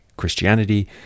Christianity